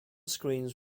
screams